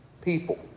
people